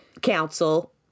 council